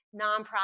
nonprofit